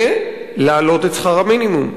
זה להעלות את שכר המינימום.